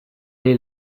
est